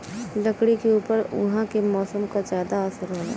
लकड़ी के ऊपर उहाँ के मौसम क जादा असर होला